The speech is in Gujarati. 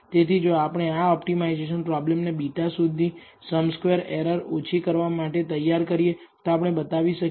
તેથી જો આપણે આ ઓપ્ટિમાઇઝેશન પ્રોબ્લેમ ને β શોધી સમ સ્ક્વેર્ એરર ઓછી કરવા માટે તૈયાર કરીએ તો આપણે બતાવી શકીએ